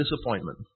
disappointment